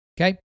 Okay